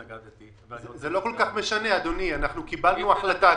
לא כל כך משנה, אדוני, אנחנו קיבלנו החלטה.